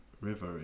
river